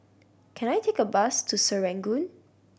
can I take a bus to Serangoon